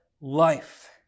life